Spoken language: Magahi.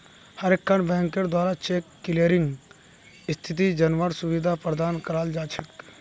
हर एकखन बैंकेर द्वारा चेक क्लियरिंग स्थिति जनवार सुविधा प्रदान कराल जा छेक